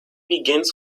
begins